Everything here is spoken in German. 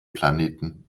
planeten